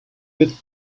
with